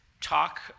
talk